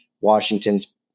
Washington's